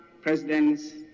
presidents